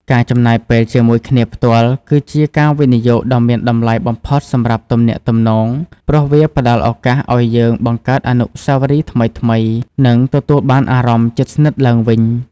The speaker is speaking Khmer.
ការចំណាយពេលជាមួយគ្នាផ្ទាល់ គឺជាការវិនិយោគដ៏មានតម្លៃបំផុតសម្រាប់ទំនាក់ទំនង ព្រោះវាផ្តល់ឱកាសឱ្យយើងបង្កើតអនុស្សាវរីយ៍ថ្មីៗ និងទទួលបានអារម្មណ៍ជិតស្និទ្ធឡើងវិញ។